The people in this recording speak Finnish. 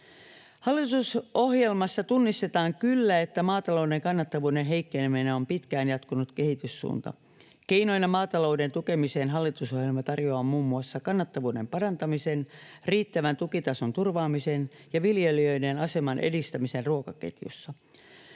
Hallitusohjelmassa tunnistetaan kyllä, että maatalouden kannattavuuden heikkeneminen on pitkään jatkunut kehityssuunta. Keinoina maatalouden tukemiseen hallitusohjelma tarjoaa muun muassa kannattavuuden parantamisen, riittävän tukitason turvaamisen ja viljelijöiden aseman edistämisen ruokaketjussa.